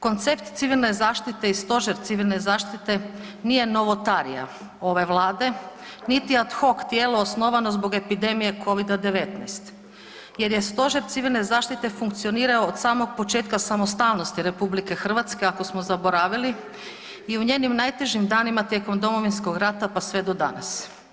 Koncept civilne zaštite i Stožer civilne zaštite nije novotarija ove Vlade, niti at hock tijelo osnovano zbog epidemije COVID-19, jer je Stožer civilne zaštite funkcionirao od samog početka samostalnosti Republike Hrvatske ako smo zaboravili i u njenim najtežim danima tijekom Domovinskog rata, pa sve do danas.